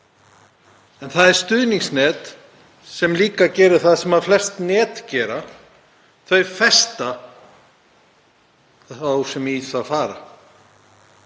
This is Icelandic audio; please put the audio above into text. En það er stuðningsnet sem líka gerir það sem flest net gera, þau sem í það fara